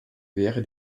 wäre